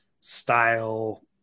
style